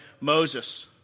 Moses